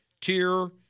Tier